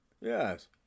Yes